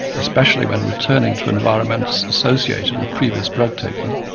especially when returning to environments associated with previous drug taking,